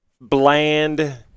bland